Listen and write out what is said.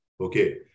okay